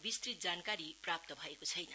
यसबारे विस्तृत जानकारी प्राप्त भएको छैन